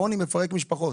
העוני מפרק משפחות.